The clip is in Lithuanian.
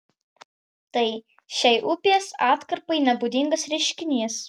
tai šiai upės atkarpai nebūdingas reiškinys